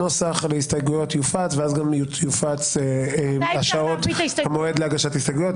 הנוסח להסתייגויות יופץ וגם יופץ המועד להגשת הסתייגויות.